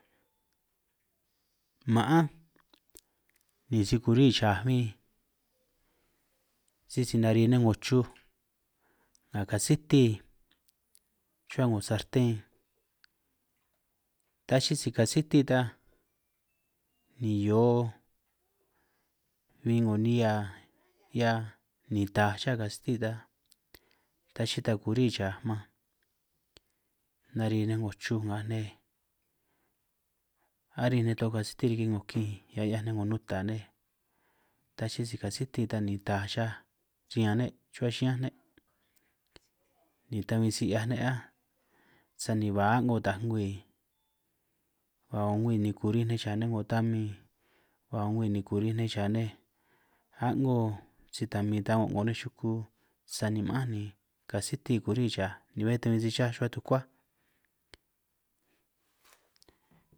Ma'ánj ni si kuri chaj bin sisi nari nej 'ngo chuj nga kasiti, rruhua 'ngo sarten ta chi'i si kasiti ta ni hio bin 'ngo nihia 'hia, ni taj cha kasiti ta ta chi'i ta kuri chaj man, nari nej 'ngo chuj ngaj nej arij nej toj kasiti lij 'ngo kinj, nga 'hiaj nej 'ngo nuta nej ta chi'i si kasiti, ta ni taj chaj riñan ne' rruhua chiñán ne' ni ta bin si 'hiaj ne' áj, sani ba a'ngo ta'aj ngwi ba 'ngo ngwi ni kurij ninj cha nej 'ngo tamin, ba 'ngo ngwi kurij ni cha ninj a'ngo sitamin ta go'ngo nej chuku, sani ma'ánj ni kasiti kuri chaj ni be ta si cháj rruhua tukuáj.